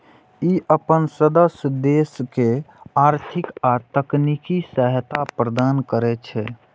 ई अपन सदस्य देश के आर्थिक आ तकनीकी सहायता प्रदान करै छै